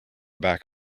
back